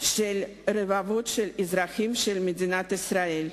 של רבבות אזרחים של מדינת ישראל.